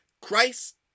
Christ